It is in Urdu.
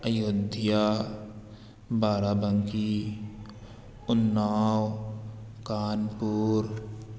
آیودھیا بارہ بنکی انّاؤ کانپور